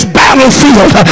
battlefield